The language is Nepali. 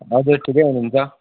हजुर ठिकै हुनुहुन्छ